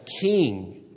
king